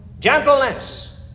Gentleness